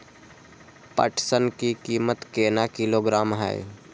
पटसन की कीमत केना किलोग्राम हय?